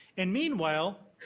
and meanwhile,